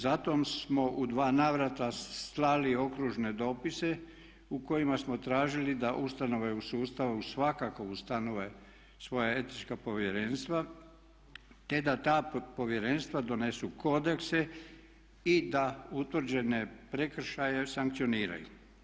Zato smo u dva navrata slali okružne dopise u kojima smo tražili da ustanove u sustavu svakako ustanove svoja etička povjerenstva te da ta povjerenstva donesu kodekse i da utvrđene prekršaje sankcioniraju.